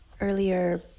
earlier